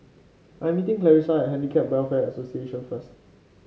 I am meeting Clarisa at Handicap Welfare Association first